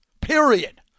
period